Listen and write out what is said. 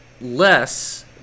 less